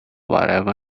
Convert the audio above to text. whatever